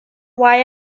why